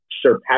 surpass